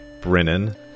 Brennan